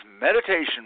Meditation